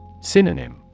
Synonym